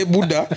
Buddha